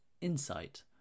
insight